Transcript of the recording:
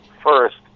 first